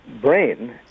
brain